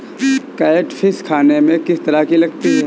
Catfish खाने में किस तरह की लगती है?